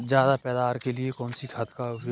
ज्यादा पैदावार के लिए कौन सी खाद का प्रयोग करें?